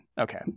Okay